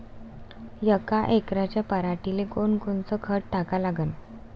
यका एकराच्या पराटीले कोनकोनचं खत टाका लागन?